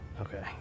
Okay